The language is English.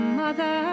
mother